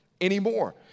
anymore